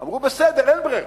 אמרו: בסדר, אין ברירה,